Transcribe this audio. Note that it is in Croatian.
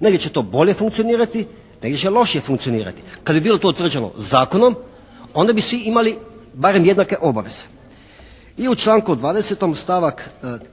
Negdje će to bolje funkcionirati, negdje će lošije funkcionirati. Kad bi bilo to utvrđeno zakonom onda bi svi imali barem jednake obaveze. I u članku 20. stavak